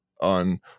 on